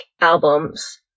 albums